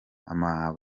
aja